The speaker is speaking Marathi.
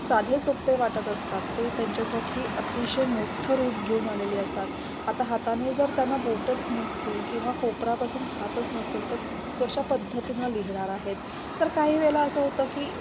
साधे सोप्पे वाटत असतात ते त्यांच्यासाठी अतिशय मोठ्ठं रूप घेऊन आलेली असतात आता हाताने जर त्यांना बोटच नसतील किंवा कोपरापासून हातच नसेल तर कशा पद्धतीनं लिहिणार आहेत तर काही वेळेला असं होतं की